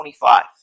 25